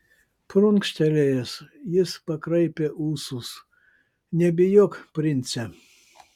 prunkštelėjęs jis pakraipė ūsus nebijok prince